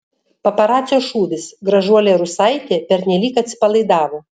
paparacio šūvis gražuolė rusaitė pernelyg atsipalaidavo